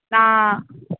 நான்